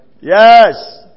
Yes